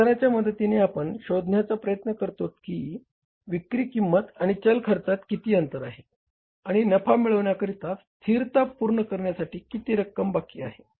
योगदानाच्या मदतीने आपण शोधण्याचा प्रयत्न करतोत की विक्री किंमत आणि चल खर्चात किती अंतर आहे आणि नफा मिळविण्याकरिता स्थिरता पूर्ण करण्यासाठी किती रक्कम बाकी आहे